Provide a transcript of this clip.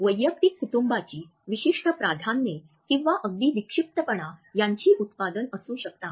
वैयक्तिक कुटूंबाची विशिष्ट प्राधान्ये किंवा अगदी विक्षिप्तपणा यांची उत्पादन असू शकतात